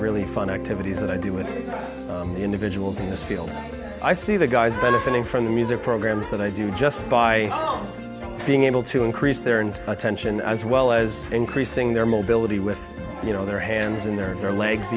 really fun activities that i do with individuals in this field i see the guys benefiting from the music programs that i do just by being able to increase their and attention as well as increasing their mobility with you know their hands in their their legs